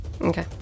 okay